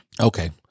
Okay